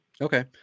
Okay